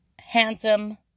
Handsome